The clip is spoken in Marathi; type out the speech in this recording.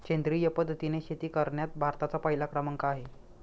सेंद्रिय पद्धतीने शेती करण्यात भारताचा पहिला क्रमांक आहे